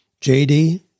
JD